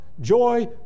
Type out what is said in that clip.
joy